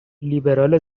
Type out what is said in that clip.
لیبرال